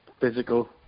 physical